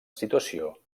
situació